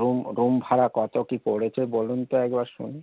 room room ভাড়া কত কি পড়েছে বলুন তো একবার শুনি